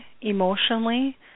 emotionally